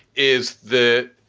is the.